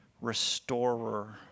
restorer